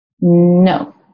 No